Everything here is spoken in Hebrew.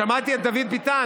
שמעתי את דוד ביתן,